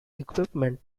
equipment